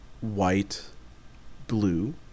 white-blue